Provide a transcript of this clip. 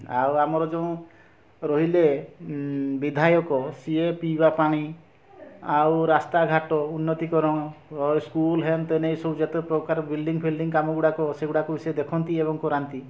ଆଉ ଆମର ଯେଉଁ ରହିଲେ ବିଧାୟକ ସିଏ ପିଇବା ପାଣି ଆଉ ରାସ୍ତା ଘାଟ ଉନ୍ନତିକରଣ ସ୍କୁଲ୍ ହେନ୍ତ ଏ ସବୁ ଯେତେ ପ୍ରକାର ବିଲଡିଙ୍ଗ୍ ଫିଲଡିଙ୍ଗ୍ କାମ ଗୁଡ଼ାକ ସେ ଦେଖନ୍ତି ଏବଂ କରାନ୍ତି